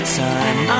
time